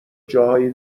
جاهای